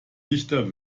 dichter